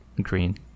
green